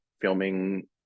filming